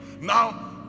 Now